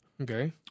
Okay